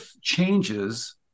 changes